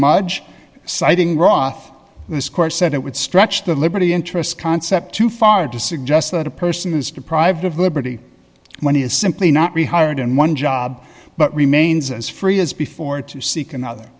citing wroth this court said it would stretch the liberty interest concept too far to suggest that a person is deprived of liberty when he is simply not rehired in one job but remains as free as before to seek another